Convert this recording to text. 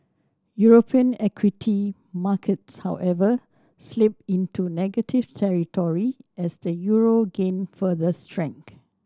European equity markets however slipped into negative territory as the euro gained further strength